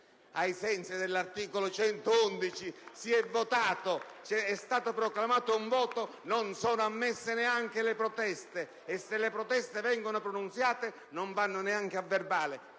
ai sensi dell'articolo 111 del Regolamento, è stato proclamato un voto, non sono ammesse neanche le proteste; se queste vengono pronunciate, non vanno neanche a verbale